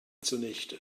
zunichte